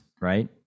right